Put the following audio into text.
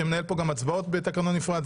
שמנהל פה גם הצבעות בתקנון נפרד.